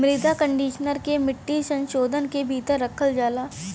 मृदा कंडीशनर के मिट्टी संशोधन के भीतर रखल जाला